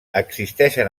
existeixen